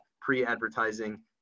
pre-advertising